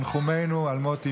ותנחומינו על מות אימו,